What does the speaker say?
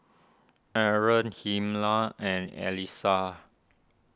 Arron Hilma and Elisa